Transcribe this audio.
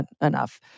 enough